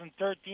2013